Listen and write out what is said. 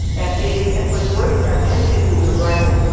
and he was working on two pieces of writing.